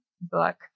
book